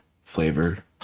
flavor